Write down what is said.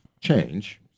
change